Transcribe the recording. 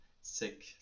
sick